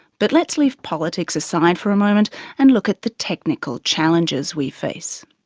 but let's leave politics aside for a moment and look at the technical challenges we face.